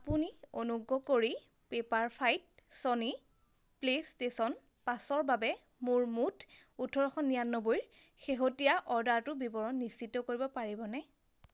আপুনি অনুগ্ৰহ কৰি পেপাৰফ্ৰাইত ছনী প্লে'ষ্টেশ্যন পাঁচৰ বাবে মোৰ মুঠ ওঠৰশ নিৰান্নবৈৰ শেহতীয়া অৰ্ডাৰটোৰ বিৱৰণ নিশ্চিত কৰিব পাৰিবনে